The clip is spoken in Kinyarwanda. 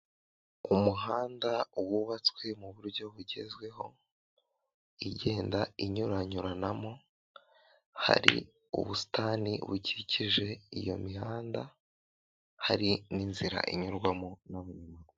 Umuhanda wubatswe mu buryo bugezweho igenda inyuranyuranamo hari ubusitani bukikije iyo mihanda hari n'inzira inyurwamo n'abanyamaguru.